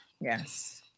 Yes